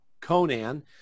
Conan